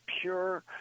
pure